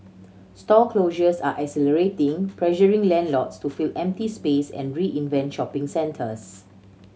store closures are accelerating pressuring landlords to fill empty space and reinvent shopping centres